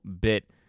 bit